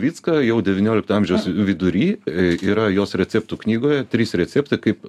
vycka jau devyniolikto amžiaus vidury yra jos receptų knygoje trys receptai kaip